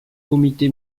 comité